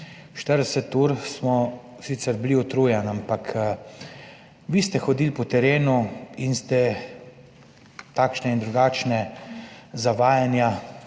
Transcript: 40 ur smo bili sicer utrujeni, ampak vi ste hodili po terenu in ste takšna in drugačna zavajanja,